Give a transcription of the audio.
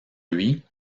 lui